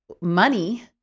money